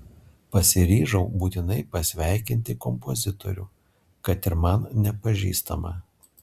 pasiryžau būtinai pasveikinti kompozitorių kad ir man nepažįstamą